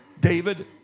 David